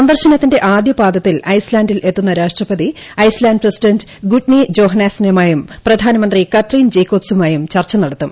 സന്ദർശനത്തിന്റെ ആദ്യപാദത്തിൽ ഐസ്ലാൻഡിൽ എത്തുന്ന രാഷ്ട്രപതി ഐസ്ലാൻഡ് പ്രസിഡന്റ് ഗുഡ്നി ജോഹ്നാസനുമായും പ്രധാനമന്ത്രി കത്രീൻ ജാക്കോബ്സുമായും ചർച്ച നടത്തും